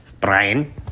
Brian